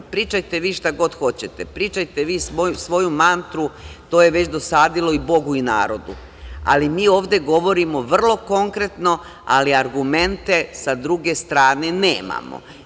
Pričajte vi šta god hoćete, pričajte vi svoju mantru to je već dosadilo i Bogu i narodu, ali mi ovde govorimo vrlo konkretno ali argumente sa druge strane nemamo.